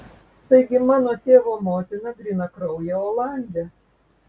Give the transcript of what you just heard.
taigi mano tėvo motina grynakraujė olandė